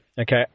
okay